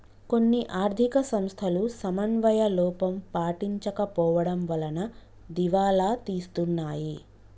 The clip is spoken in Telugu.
కొన్ని ఆర్ధిక సంస్థలు సమన్వయ లోపం పాటించకపోవడం వలన దివాలా తీస్తున్నాయి